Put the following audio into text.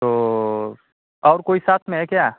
तो और कोई साथ में है क्या